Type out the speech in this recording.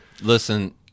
Listen